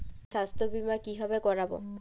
আমি স্বাস্থ্য বিমা কিভাবে করাব?